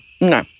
no